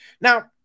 now